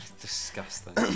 disgusting